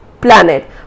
planet